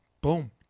boom